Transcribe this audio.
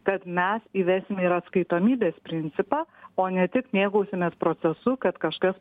kad mes įvesime ir atskaitomybės principą o ne tik mėgausimės procesu kad kažkas